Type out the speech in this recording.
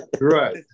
Right